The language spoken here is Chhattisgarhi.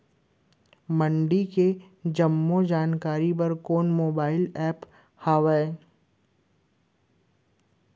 मंडी के जम्मो जानकारी बर कोनो मोबाइल ऐप्प हवय का?